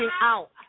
out